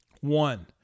One